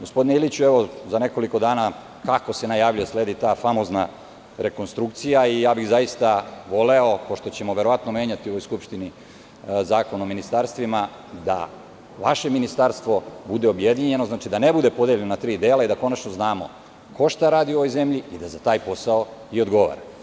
Gospodine Iliću, za nekoliko dana, kako se najavljuje, sledi ta famozna rekonstrukcija i zaista bih voleo, pošto ćemo verovatno menjati u ovoj skupštini Zakon o ministarstvima, da vaše ministarstvo bude objedinjeno, znači, da ne bude podeljeno na tri dela i da konačno znamo ko šta radi u ovoj zemlji i da za taj posao i odgovara.